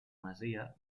masia